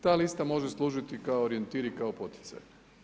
Ta lista može služiti kao orijentir i kao poticaj.